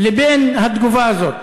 לבין התגובה הזאת.